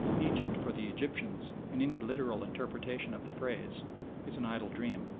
egypt for the egyptians in any literal interpretation of the phrase is an idle dream.